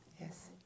Yes